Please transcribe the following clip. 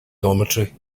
dormitory